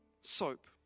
SOAP